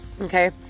Okay